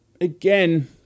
again